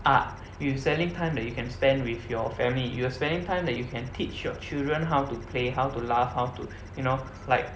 ah you selling time that you can spend with your family you're selling time that you can teach your children how to play how to laugh how to you know like